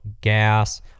gas